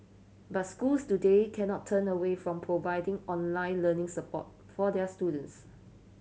but schools today cannot turn away from providing online learning support for their students